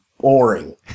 boring